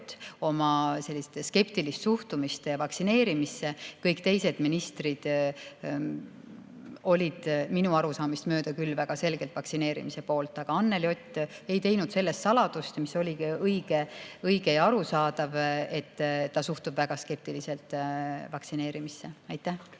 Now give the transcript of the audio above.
oma skeptilist suhtumist vaktsineerimisse. Kõik teised ministrid olid minu arusaamist mööda küll väga selgelt vaktsineerimise poolt. Aga Anneli Ott ei teinud sellest saladust ja see oligi õige ja arusaadav, kui ta suhtub väga skeptiliselt vaktsineerimisse. Aitäh!